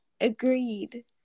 agreed